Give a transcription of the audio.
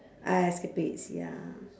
ah esacapades ya